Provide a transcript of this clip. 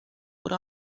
what